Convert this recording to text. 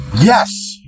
Yes